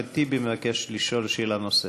גם חבר הכנסת אחמד טיבי מבקש לשאול שאלה נוספת.